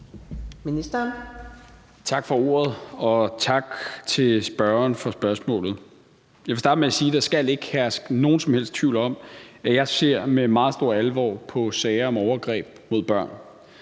Tak for ordet, og tak til spørgeren for spørgsmålet. Jeg vil starte med at sige, at der ikke skal herske nogen som helst tvivl om, at jeg ser med meget stor alvor på sager om overgreb mod børn.